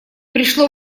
пришло